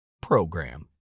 PROGRAM